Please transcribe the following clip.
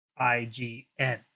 IGN